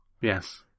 Yes